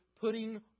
putting